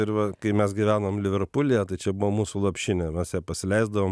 ir va kai mes gyvenom liverpulyje tai čia buvo mūsų lopšinė mes ją pasileisdavom